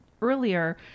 earlier